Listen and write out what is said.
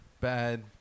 bad